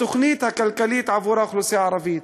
התוכנית הכלכלית עבור האוכלוסייה הערבית.